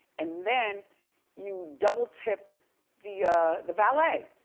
and then you double tip the the valet,